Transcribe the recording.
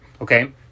okay